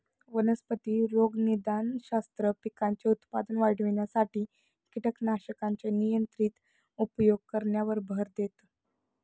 वनस्पती रोगनिदानशास्त्र, पिकांचे उत्पादन वाढविण्यासाठी कीटकनाशकांचे नियंत्रित उपयोग करण्यावर भर देतं